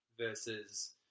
versus